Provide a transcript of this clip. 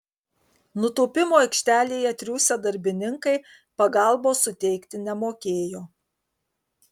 nutūpimo aikštelėje triūsę darbininkai pagalbos suteikti nemokėjo